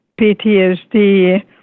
PTSD